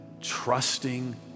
trusting